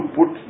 put